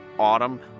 autumn